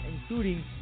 including